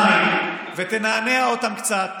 באוזניים ותנענע אותם קצת